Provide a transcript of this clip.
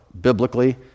biblically